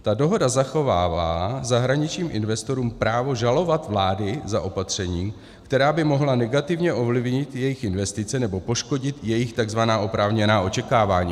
Ta dohoda zachovává zahraničním investorům právo žalovat vlády za opatření, která by mohla negativně ovlivnit jejich investice nebo poškodit jejich takzvaná oprávněná očekávání.